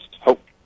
hope